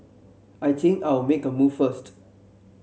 I think I'll make a move first